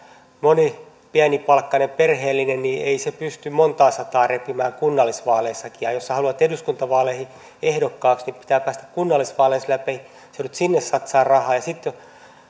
moni pienipalkkainen perheellinen ei pysty montaa sataa repimään kunnallisvaaleissakaan ja jos sinä haluat eduskuntavaaleihin ehdokkaaksi niin pitää päästä kunnallisvaaleissa läpi ja sinä joudut sinne satsaamaan rahaa ja kun sitten